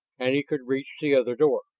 and he could reach the other door.